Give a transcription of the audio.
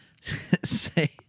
say